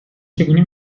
چگونه